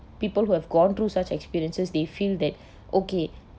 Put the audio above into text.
people who have gone through such experiences they feel that okay